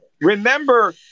Remember